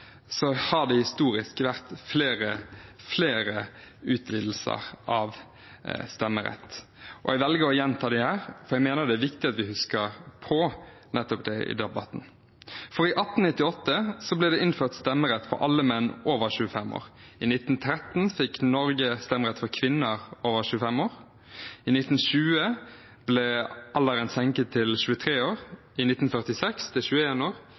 har det historisk vært flere utvidelser av stemmeretten. Jeg velger å gjenta dem her, for jeg mener det er viktig at vi husker på nettopp det i debatten. I 1898 ble det innført stemmerett for alle menn over 25 år. I 1913 fikk Norge stemmerett for kvinner over 25 år. I 1920 ble alderen senket til 23 år, i 1946 til 21 år,